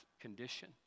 condition